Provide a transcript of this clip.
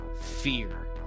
fear